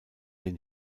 den